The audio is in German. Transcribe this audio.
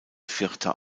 vierter